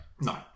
no